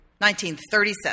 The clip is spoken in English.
1937